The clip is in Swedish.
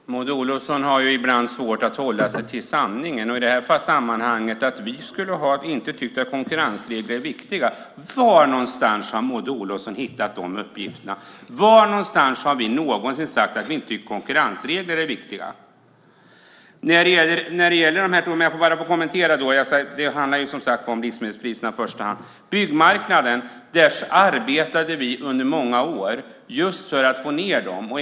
Herr talman! Maud Olofsson har ibland svårt att hålla sig till sanningen. Att vi i det här sammanhanget inte skulle ha tyckt att konkurrensregler är viktiga - var har Maud Olofsson hittat de uppgifterna? Var har vi någonsin sagt att konkurrensregler inte är viktiga? Det handlar som sagt om livsmedelspriserna i första hand, men jag ska också kommentera det andra. När det gäller byggmarknaden arbetade vi under många år för att få ned priserna.